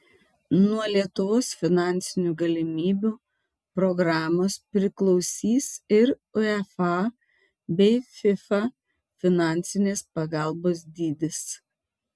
nuo lietuvos finansinių galimybių programos priklausys ir uefa bei fifa finansinės pagalbos dydis